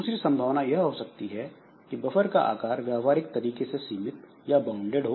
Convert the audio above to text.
दूसरी संभावना यह हो सकती है कि बफर का आकार व्यावहारिक तरीके से सीमित या बाउनडेड हो